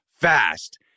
fast